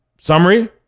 Summary